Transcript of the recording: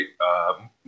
right